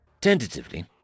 Tentatively